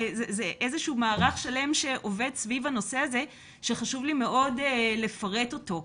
מדובר במערך שלם שעובד סביב הנושא הזה וחשוב לי מאוד לפרט אותו.